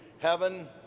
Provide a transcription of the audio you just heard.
Heaven